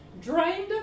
drained